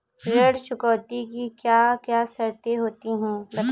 ऋण चुकौती की क्या क्या शर्तें होती हैं बताएँ?